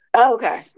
okay